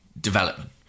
development